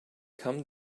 come